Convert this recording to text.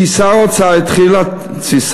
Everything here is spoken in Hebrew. כי שר האוצר התחיל תסיסה.